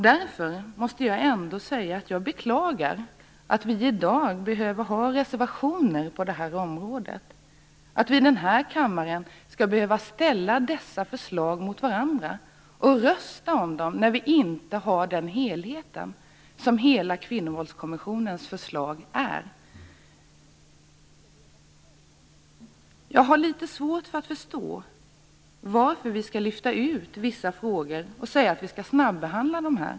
Jag måste ändå säga att jag beklagar att vi i dag behöver ha reservationer på detta område, att vi i denna kammare skall behöva ställa förslag mot varandra och rösta om dem, när vi inte har den helhetsbild som hela kvinnovåldskommissionens förslag har. Jag har litet svårt att förstå varför vi skall lyfta ut vissa frågor och säga att vi skall snabbehandla dem här.